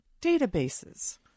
databases